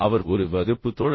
அவர் ஒரு வகுப்புத் தோழரா